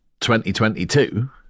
2022